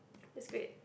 that's great